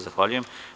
Zahvaljujem.